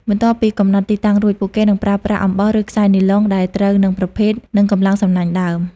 បន្ទាប់ពីកំណត់ទីតាំងរួច ពួកគេនឹងប្រើប្រាស់អំបោះ ឬខ្សែនីឡុងដែលត្រូវនឹងប្រភេទ និងកម្លាំងសំណាញ់ដើម។